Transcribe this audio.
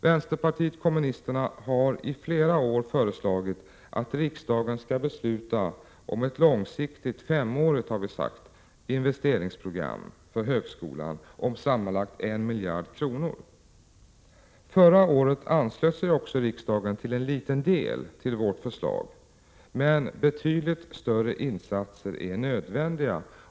Vänsterpartiet kommunisterna har i flera år föreslagit att riksdagen skall besluta om ett långsiktigt, femårigt investeringsprogram för högskolan om sammanlagt 1 miljard kronor. Förra året anslöt sig riksdagen till en liten del till vårt förslag, men betydligt större insatser är nödvändiga.